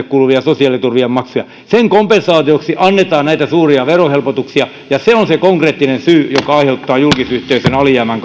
kuuluvia sosiaaliturvien maksuja sen kompensaatioksi annetaan näitä suuria verohelpotuksia ja se on se konkreettinen syy joka aiheuttaa julkisyhteisön alijäämän